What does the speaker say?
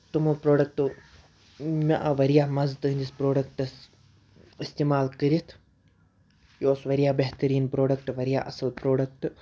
تِمو پرٛوڈَکٹو مےٚ آو واریاہ مَزٕ تُہٕنٛدِس پرٛوڈَکٹَس اِستعمال کٔرِتھ یہِ اوس واریاہ بہتریٖن پرٛوڈَکٹہٕ واریاہ اصٕل پرٛوڈَکٹہٕ